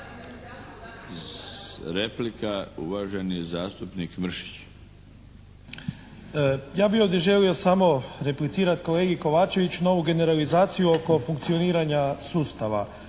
Replika uvaženi zastupnik Mršić. **Mršić, Zvonimir (SDP)** Ja bih ovdje želio samo replicirati kolegi Kovačeviću na ovu generalizaciju oko funkcioniranja sustava.